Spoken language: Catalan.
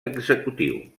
executiu